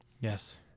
Yes